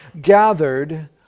gathered